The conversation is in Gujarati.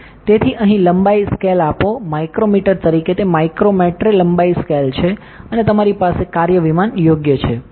તેથી અહીં લંબાઈ સ્કેલ આપો માઇક્રો મીટર તરીકે તે માઇક્રોમેટ્રે લંબાઈ સ્કેલ છે અને તમારી પાસે કાર્ય વિમાન યોગ્ય છે